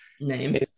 names